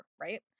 right